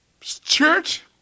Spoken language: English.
Church